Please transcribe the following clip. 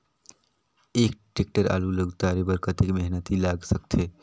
एक टेक्टर आलू ल उतारे बर कतेक मेहनती लाग सकथे?